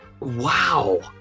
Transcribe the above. Wow